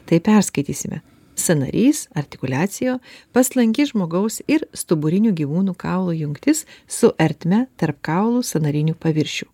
tai perskaitysime sąnarys artikuliacijo paslanki žmogaus ir stuburinių gyvūnų kaulų jungtis su ertme tarp kaulų sąnarinių paviršių